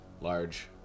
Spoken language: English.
large